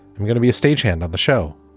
i'm gonna be a stagehand on the show.